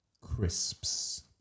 Crisps